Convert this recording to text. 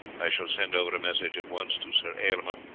i shall send over a message at once to sir aylmer,